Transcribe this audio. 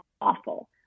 awful